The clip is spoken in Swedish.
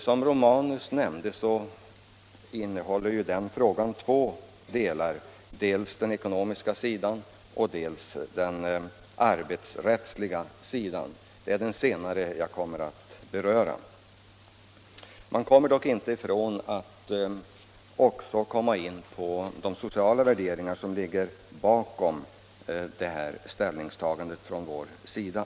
Som herr Romanus nämnde innehåller ju den frågan två olika sidor: dels den ekonomiska, dels den arbetsrättsliga. Det är den senare i betänkandet som jag kommer att beröra. Man kan dock inte undvika att också komma in på de sociala värderingar som ligger bakom ställningstagandet från vår sida.